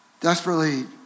Desperately